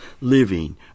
living